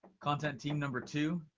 content team number two.